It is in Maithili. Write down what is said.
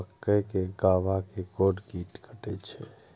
मक्के के गाभा के कोन कीट कटे छे?